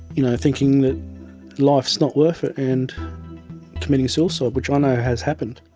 you know, thinking that life's not worth it and committing suicide, which i know has happened.